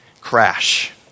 crash